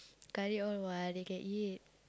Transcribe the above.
curry all what they can eat